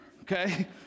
Okay